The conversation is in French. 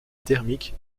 thermique